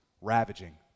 Ravaging